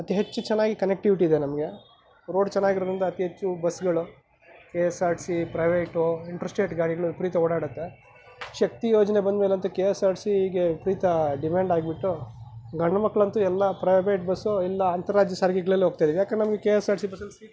ಅತಿ ಹೆಚ್ಚು ಚೆನ್ನಾಗಿ ಕನೆಕ್ಟಿವಿಟಿ ಇದೆ ನಮಗೆ ರೋಡ್ ಚೆನ್ನಾಗಿರೊದ್ರಿಂದ ಅತಿ ಹೆಚ್ಚು ಬಸ್ಗಳು K S R T C private interstate ಗಾಡಿಗಳು ವಿಪರೀತ ಓಡಾಡುತ್ತೆ ಶಕ್ತಿ ಯೋಜನೆ ಬಂದಮೇಲಂತೂ ಕೆ ಎಸ್ ಆರ್ ಟಿ ಸಿಗೆ ವಿಪರೀತ ಡಿಮ್ಯಾಂಡ್ ಆಗ್ಬಿಟ್ಟು ಗಂಡು ಮಕ್ಕಳಂತೂ ಎಲ್ಲ ಪ್ರೈವೇಟ್ ಬಸ್ಸು ಇಲ್ಲ ಅಂತರಾಜ್ಯ ಸಾರಿಗೆಗಳಲ್ಲಿ ಹೋಗ್ತಾಯಿದ್ದೀವಿ ಯಾಕೆಂದ್ರೆ ನಮಗೆ K S R T C ಬಸ್ನಲ್ಲಿ ಸೀಟ್ ಸಿಗಲ್ಲ